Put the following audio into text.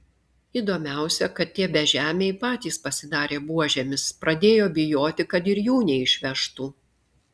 įdomiausia kad tie bežemiai patys pasidarė buožėmis pradėjo bijoti kad ir jų neišvežtų